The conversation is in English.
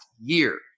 year